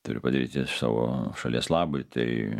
turi padaryti savo šalies labui tai